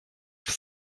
have